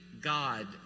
God